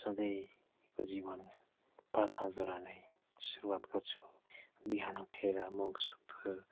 सधैँको जीवन प्रार्थनाद्वारा नै सुरुवात गर्छु बिहान उठेर मुख सुख धुयो